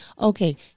Okay